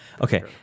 Okay